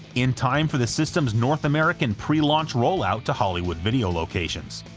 in time for the system's north american pre-launch roll-out to hollywood video locations.